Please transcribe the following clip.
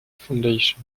foundation